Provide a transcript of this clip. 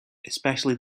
especially